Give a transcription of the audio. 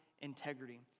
Integrity